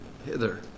hither